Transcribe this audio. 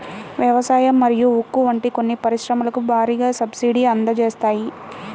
వ్యవసాయం మరియు ఉక్కు వంటి కొన్ని పరిశ్రమలకు భారీగా సబ్సిడీని అందజేస్తాయి